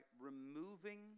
removing